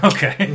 Okay